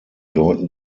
deuten